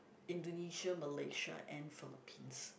Indonesia Malaysia and Philippines